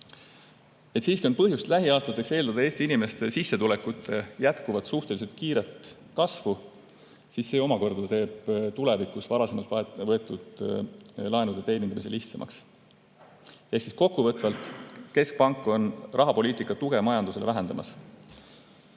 Siiski on põhjust lähiaastatel eeldada Eesti inimeste sissetulekute suhteliselt kiire kasvu jätkumist. See omakorda teeb tulevikus varasemalt võetud laenude teenindamise lihtsamaks. Kokkuvõtvalt, keskpank on rahapoliitika tuge majandusele vähendamas. Lisaks